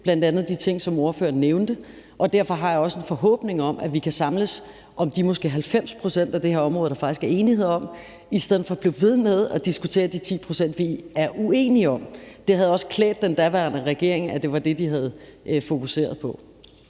bl.a. de ting, som ordføreren nævnte. Derfor har jeg også en forhåbning om, at vi kan samles om de måske 90 pct. af det her område, der faktisk er enighed om, i stedet for at vi bliver ved med at diskutere de 10 pct., vi er uenige om. Det havde også klædt den daværende regering, at det var det, de havde fokuseret på.